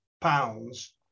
pounds